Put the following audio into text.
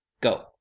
Go